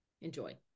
enjoy